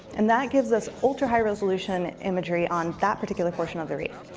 and that gives us ultra-high resolution imagery on that particular portion of the reef.